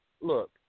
Look